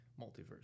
multiverse